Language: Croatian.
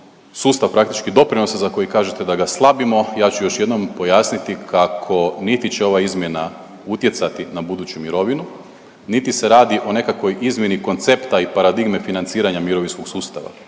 sustav praktički doprinosa za koji kažete da ga slabimo. Ja ću još jednom pojasniti kako niti će ova izmjena utjecati na buduću mirovinu, niti se radi o nekakvoj izmjeni koncepta i paradigme financiranja mirovinskog sustava.